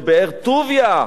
זה באר-טוביה,